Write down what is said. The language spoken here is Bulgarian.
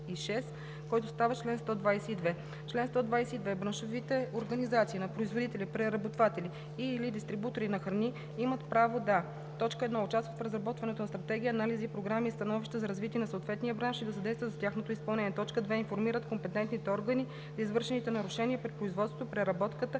който става чл. 122: „Чл. 122. Браншовите организации на производители, преработватели и/или дистрибутори на храни имат право да: 1. участват в разработването на стратегии, анализи, програми и становища за развитие на съответния бранш и да съдействат за тяхното изпълнение; 2. информират компетентните органи за извършени нарушения при производството, преработката